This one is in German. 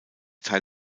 teil